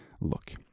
look